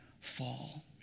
fall